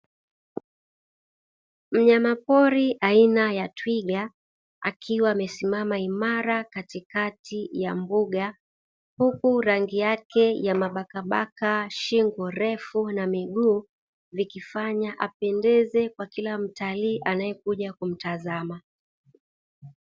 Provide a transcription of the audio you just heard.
Mnyamapori aina ya twiga akiwa amesimama imara katikati ya mbuga, huku rangi yake ya mabaka baka shingo refu na miguu vikifanya amependeze kwa kila mtalii anayekuja kumtazama.